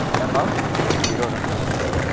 m of t zero represents the